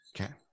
Okay